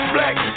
Black